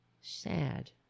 sad